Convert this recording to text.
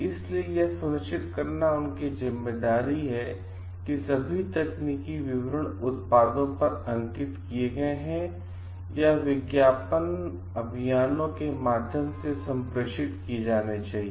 इसलिए यह सुनिश्चित करना उनकी जिम्मेदारी है कि सभी तकनीकी विवरण उत्पादों पर अंकित किए गए हैं या विज्ञापन अभियानों के माध्यम से संप्रेषित किए जाने चाहिए